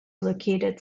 located